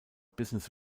business